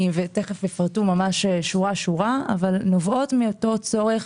ותכף יפרטו שורה-שורה אבל נובעות מהצורך